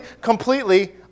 completely